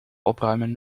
opruimen